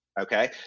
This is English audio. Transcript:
Okay